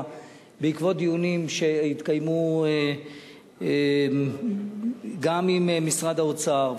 בעקבות דיונים שהתקיימו עם משרד האוצר,